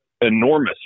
enormous